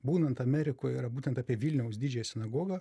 būnant amerikoje yra būtent apie vilniaus didžiąją sinagogą